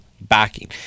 backing